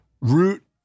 Root